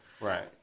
Right